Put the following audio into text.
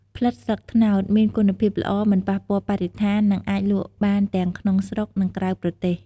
ផ្លិតស្លឹកត្នោតមានគុណភាពល្អ មិនប៉ះពាល់បរិស្ថាន និងអាចលក់បានទាំងក្នុងស្រុក និងក្រៅប្រទេស។